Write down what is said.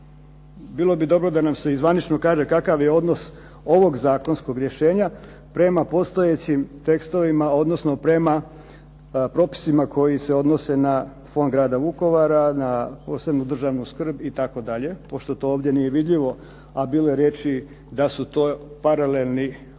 bilo bi dobro da nam se i zvanično kaže kakav je odnos ovog zakonskog rješenja prema postojećim tekstovima, odnosno prema propisima koji se odnose na Fond grada Vukovara, na posebnu državnu skrb itd. pošto to ovdje nije vidljivo, a bilo je riječi da su to paralelni, odnosno